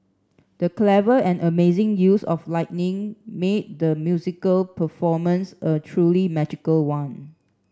the clever and amazing use of lighting made the musical performance a truly magical one